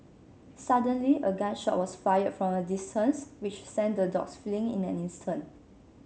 suddenly a gun shot was fired from a distance which sent the dogs fleeing in an instant